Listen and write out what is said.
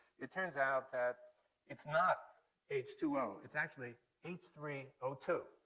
it turns out that it's not h two o. it's actually h three o two.